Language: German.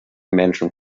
menschen